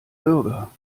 bürger